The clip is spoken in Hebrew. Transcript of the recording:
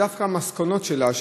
והמסקנות שלה,